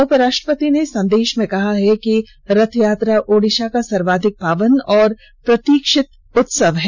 उपराष्ट्रपति ने संदेश में कहा कि रथयात्रा ओडीसा का सर्वाधिक पावन और प्रतीक्षित उत्सव है